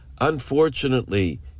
Unfortunately